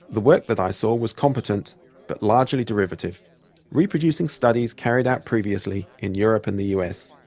the work that i saw was competent but largely derivative reproducing studies carried out previously in europe and the usa.